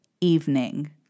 evening